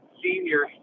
senior